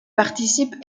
participe